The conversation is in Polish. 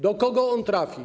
Do kogo on trafi?